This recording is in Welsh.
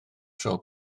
tro